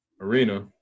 Arena